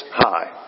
high